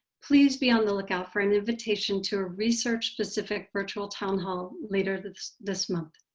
please be on the lookout for an invitation to a research-specific virtual town hall later this this month.